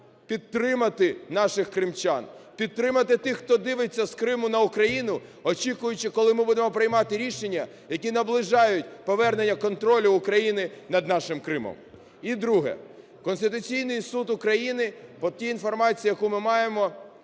підтримати наших кримчан, підтримати тих, хто дивиться з Криму на Україну, очікуючи, коли ми будемо приймати рішення, які наближають повернення контролю України над нашим Кримом. І друге. Конституційний Суд України по тій інформації, яку ми маємо,